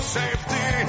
safety